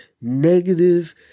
negative